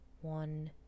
One